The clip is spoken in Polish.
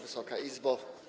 Wysoka Izbo!